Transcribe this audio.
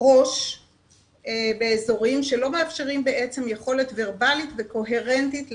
ראש באזורים שלא מאפשרים בעצם יכולת ורבלית וקוהרנטית לילד,